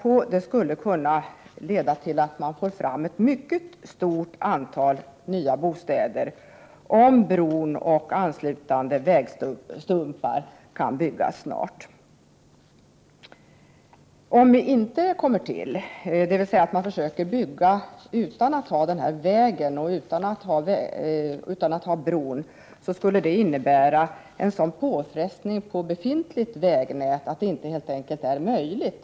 I det område jag har pekat på skulle man kunna få ett mycket stort antal nya bostäder, om bron och anslutande vägstumpar kan byggas snart. Att försöka bygga bostäder utan att väg och bro kommer till skulle innebära en sådan påfrestning på befintligt vägnät att det helt enkelt inte är möjligt.